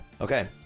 Okay